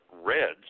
reds